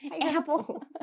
Apple